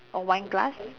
or wine glass